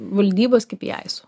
valdybos kaip kipiaisu